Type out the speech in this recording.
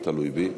זה לא תלוי בי.